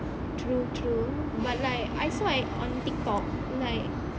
true true but like I saw at on TikTok like